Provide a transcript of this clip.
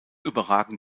überragen